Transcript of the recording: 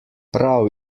prav